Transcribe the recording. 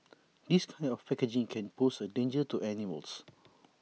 this kind of packaging can pose A danger to animals